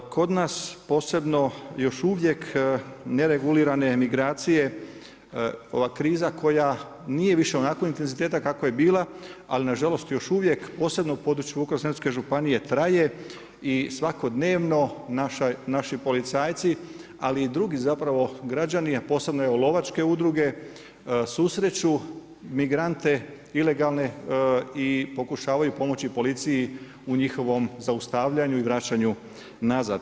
Kod nas posebno još uvijek ne regulirane migracije, ova kriza koja nije više onakvog intenziteta kakva je bila ali nažalost još uvijek, posebno u području Vukovarsko-srijemske županije traje, i svakodnevno naši policajci ali i drugi zapravo građani a posebno evo lovačke udruge, susreću migrante ilegalne i pokušavaju pomoći policiji u njihovom zaustavljanju i vraćanju nazad.